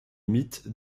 mythe